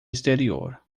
exterior